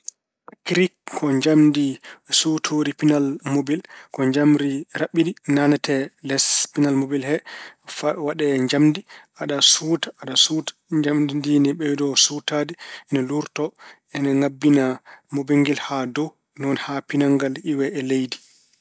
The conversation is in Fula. Kirik ko njamndi cutoori pinal mobel. Ko njamndi raɓɓindi naatna e les pinal mobel he. Fa- waɗe njamndi, aɗa suuta, aɗa suuta, njamndi ndi ne ɓeydo suutaade, ne luurto, ene ngabbina mobel ngel haa dow. Ni woni haa pinal ngal iwa e leydi.